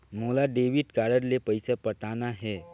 मोला debit card ले पइसा पटाना हे?